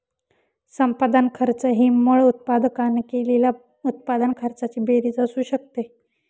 संपादन खर्च ही मूळ उत्पादकाने केलेल्या उत्पादन खर्चाची बेरीज असू शकते